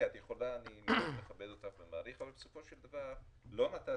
אני מאוד מכבד אותך ומעריך אבל בסופו של דבר לא נתת